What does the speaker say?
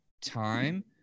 time